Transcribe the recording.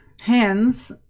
hands